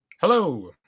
Hello